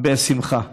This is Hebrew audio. בשמחה.